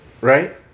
right